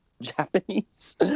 Japanese